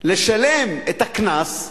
לשלם את הקנס,